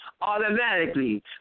automatically